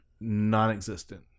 Non-existent